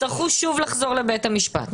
יצטרכו שוב לחזור לבית המשפט.